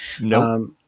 No